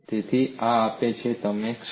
તેથી આ આપે છે તમે ક્ષણ